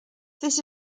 this